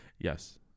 Yes